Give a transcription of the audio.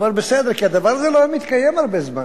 אבל בסדר, כי הדבר הזה לא היה מתקיים הרבה זמן.